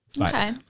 Okay